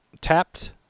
tapped